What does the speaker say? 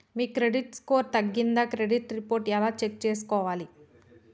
మీ credit score తగ్గిందా credit report ఎలా check చేసుకోవాలి?